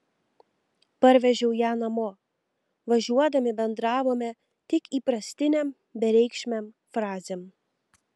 parvežiau ją namo važiuodami bendravome tik įprastinėm bereikšmėm frazėm